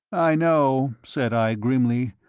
i know, said i, grimly.